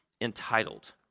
entitled